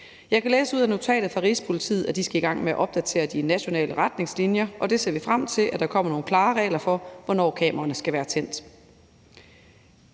Jeg kan læse ud af notatet fra Rigspolitiet, at de skal i gang med at opdatere de nationale retningslinjer, og vi ser frem til, at der kommer nogle klare regler for, hvornår kameraerne skal være tændt.